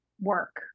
work